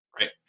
Right